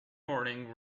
morning